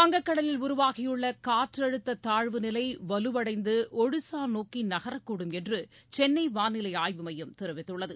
வங்கக்கடலில் உருவாகியுள்ள காற்றழுத்த தாழ்வு நிலை வலுவடைந்து ஒடிசா நோக்கி நகரக்கூடும் என்று சென்னை வானிலை ஆய்வு மையம் தெரிவித்துள்ளது